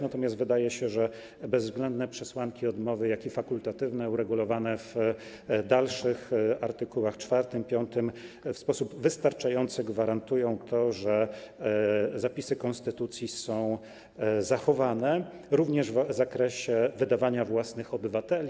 Natomiast wydaje się, że bezwzględne przesłanki odmowy, jak i fakultatywne uregulowane w dalszych artykułach, art. 4, art. 5, w sposób wystarczający gwarantują to, że zapisy konstytucji są zachowane, również w zakresie wydawania własnych obywateli.